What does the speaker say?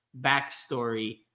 backstory